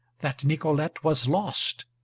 that nicolete was lost.